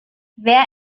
wer